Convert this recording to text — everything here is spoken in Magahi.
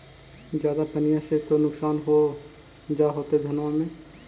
ज्यादा पनिया से तो नुक्सान हो जा होतो धनमा में?